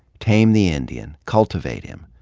tame the indian, cultivate him,